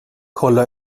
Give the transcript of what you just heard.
kolla